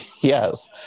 Yes